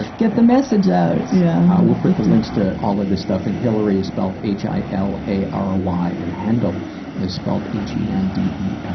get the message out. yeah. we'll put the links to all of this stuff. and hilary is spelled h i l a r y. and hendel is spelled h e n d e l.